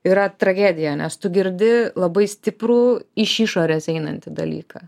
yra tragedija nes tu girdi labai stiprų iš išorės einantį dalyką